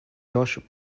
josh